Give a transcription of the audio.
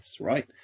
right